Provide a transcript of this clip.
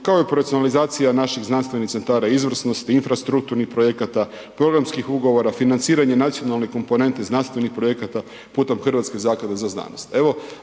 se ne razumije./... naših znanstvenih centara izvrsnosti, infrastrukturnih projekata, programskih ugovora, financiranje nacionalne komponente znanstvenih projekata putem Hrvatske zaklade za znanost.